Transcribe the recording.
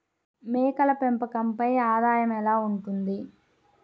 మేకల పెంపకంపై ఆదాయం ఎలా ఉంటుంది?